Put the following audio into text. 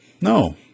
No